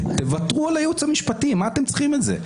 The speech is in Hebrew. תוותרו על הייעוץ המשפטי, מה אתם צריכים את זה?